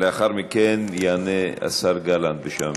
לאחר מכן יענה השר גלנט בשם